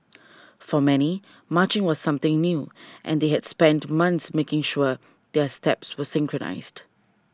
for many marching was something new and they had spent months making sure their steps were synchronised